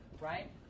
right